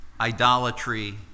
idolatry